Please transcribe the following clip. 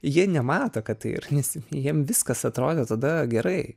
jie nemato kad ir nes jiems viskas atrodė tada gerai